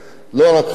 בטוח,